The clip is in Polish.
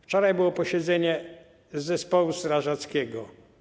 Wczoraj było posiedzenie zespołu strażackiego.